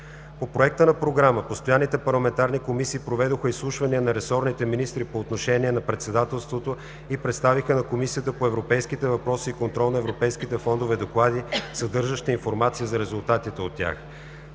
По проекта на Програма постоянните парламентарни комисии проведоха изслушвания на ресорните министри по отношение на Председателството и представиха на Комисията по европейските въпроси и контрол на европейските фондове доклади, съдържащи информация за резултатите от тях.